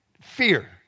Fear